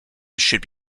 should